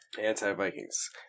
Anti-Vikings